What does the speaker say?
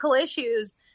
issues